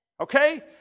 Okay